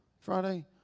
Friday